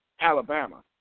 Alabama